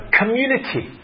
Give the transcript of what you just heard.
community